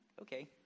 Okay